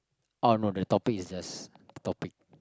oh no that topic is just a topic